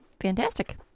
Fantastic